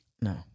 No